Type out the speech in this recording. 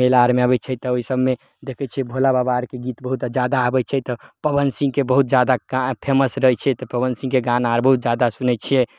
मेला आर अबै छै तऽ ओहिसब देखै छियै भोला बाबा आरके गीत बहुत ज्यादा आबय छै तऽ पवन सिंह के बहुत जादा कार फेमस रहै छै तऽ पवन सिंहके गाना बहुत जादा सुनै छियै